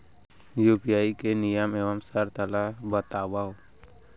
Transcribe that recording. UPI के नियम एवं शर्त ला बतावव